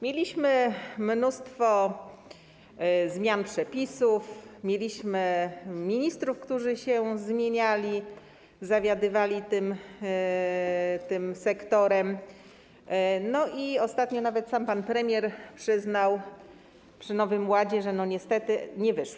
Mieliśmy mnóstwo zmian przepisów, mieliśmy ministrów, którzy się zmieniali, zawiadywali tym sektorem, ostatnio nawet sam pan premier przyznał przy Nowym Ładzie, że niestety nie wyszło.